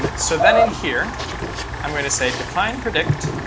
but so then, in here i'm going to say define predict,